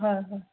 হয় হয়